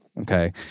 Okay